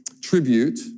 tribute